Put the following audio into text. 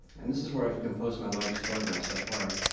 and this is where i've composed my largest photograph so far.